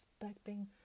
expecting